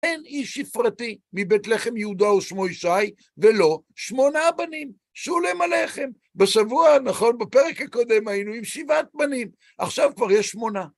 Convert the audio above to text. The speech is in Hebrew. אין איש שיפרתי מבית לחם יהודה ושמו ישי, ולו שמונה בנים, שולם עליכם. בשבוע, נכון, בפרק הקודם היינו עם שבעת בנים, עכשיו כבר יש שמונה.